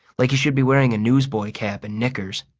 like he should be wearing a newsboy cap and knickers.